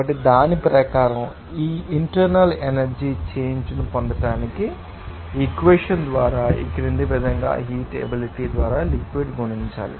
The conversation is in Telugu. కాబట్టి దాని ప్రకారం ఆ ఇంటర్నల్ ఎనర్జీ చేంజ్ ను పొందడానికి మీరు ఈ ఈక్వెషన్ ద్వారా ఈ క్రింది విధంగా హీట్ ఎబిలిటీ ద్వారా లిక్విడ్ గుణించాలి